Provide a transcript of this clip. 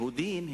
זה לא סוביודיצה.